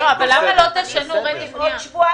בסוף יוני יסתיים המענק ואנחנו במתווה